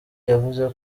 yavuze